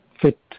fit